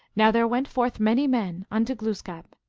now there went forth many men unto glooskap,